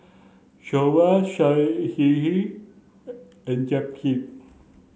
Soba and Japchae